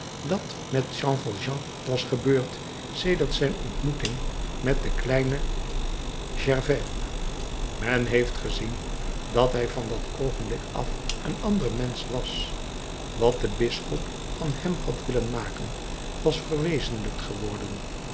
dat met jean valjean was gebeurd sedert zijn ontmoeting met den kleinen gervais men heeft gezien dat hij van dat oogenblik af een ander mensch was wat de bisschop van hem had willen maken was verwezenlijkt geworden